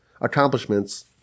accomplishments